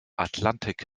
atlantik